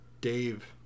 Dave